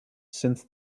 since